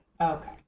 Okay